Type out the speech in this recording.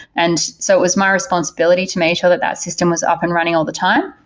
and so it was my responsibility to made sure that that system was up and running all the time.